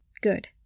Good